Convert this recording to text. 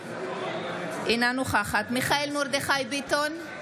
אינה נוכחת מיכאל מרדכי ביטון,